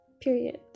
Period